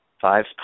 Five